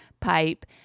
pipe